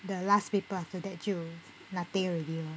the last paper after that 就 nothing already mah